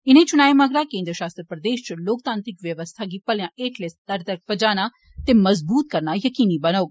इनें चुनाएं मगरा केन्द्र शासत प्रदेश च लोकतांत्रिकबवस्था गी मलेआ हेठले स्तर तगर पजाना ते मजबूत करना जकीनी बनोग